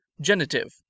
genitive